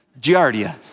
Giardia